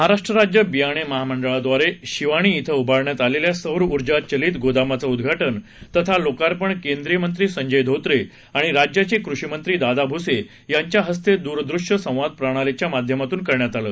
महाराष्ट्र राज्य बियाणे महामंडळाद्वारे शिवणी श्व उभारण्यात आलेल्या सौर ऊर्जा चलित गोदामाचं उद्घाटन तथा लोकार्पण केंद्रीय मंत्री संजय धोत्रे आणि राज्याचे कृषी मंत्री दादा भुसे यांच्या हस्ते दूरदृष्य संवाद प्रणालीच्या माध्यमातून करण्यात आलं